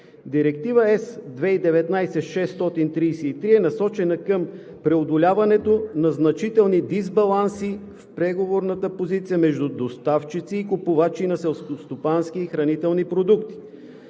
Директива ЕС 2019/633 е насочена към преодоляването на значителни дисбаланси в преговорната позиция между доставчици и купувачи на селскостопански и хранителни продукти.